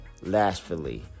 lashfully